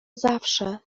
zawsze